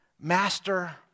Master